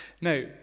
Now